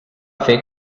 fer